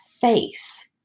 face